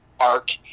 arc